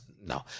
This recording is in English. No